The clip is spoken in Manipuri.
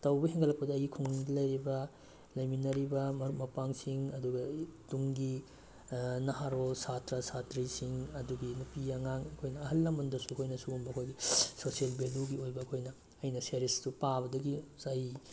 ꯇꯧꯕ ꯍꯦꯟꯒꯠꯂꯛꯄꯗ ꯑꯩꯒꯤ ꯈꯨꯡꯒꯪꯗ ꯂꯩꯔꯤꯕ ꯂꯩꯃꯤꯟꯅꯔꯤꯕ ꯃꯔꯨꯞ ꯃꯄꯥꯡꯁꯤꯡ ꯑꯗꯨꯒ ꯇꯨꯡꯒꯤ ꯅꯍꯥꯔꯣꯜ ꯁꯥꯇ꯭ꯔꯥ ꯁꯥꯇ꯭ꯔꯤꯁꯤꯡ ꯑꯗꯨꯒꯤ ꯅꯨꯄꯤ ꯑꯉꯥꯡ ꯑꯩꯈꯣꯏꯅ ꯑꯍꯜ ꯂꯝꯅꯗꯁꯨ ꯑꯩꯈꯣꯏꯅ ꯁꯤꯒꯨꯝꯕ ꯑꯩꯈꯣꯏꯒꯤ ꯁꯣꯁꯦꯜ ꯕꯦꯂꯨꯒꯤ ꯑꯣꯏꯕ ꯑꯩꯈꯣꯏꯅ ꯑꯩꯅ ꯁꯦꯔꯤꯁꯇꯨ ꯄꯥꯕꯗꯒꯤ ꯆꯍꯤ